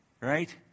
right